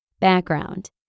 Background